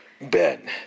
Ben